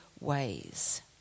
ways